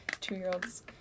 two-year-olds